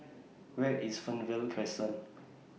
Where IS Fernvale Crescent